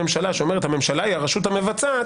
הממשלה שאומרת שהממשלה היא הרשות המבצעת,